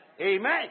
Amen